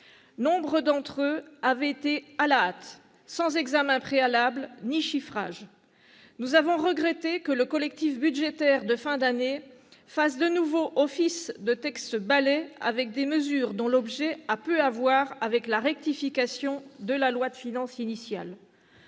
Nombre d'entre eux l'avaient été à la hâte, sans examen préalable ni chiffrage. Nous avons regretté que le collectif budgétaire de fin d'année fasse de nouveau office de « texte-balai », avec des mesures dont l'objet a peu à voir avec la « rectification » de la loi de finances initiale.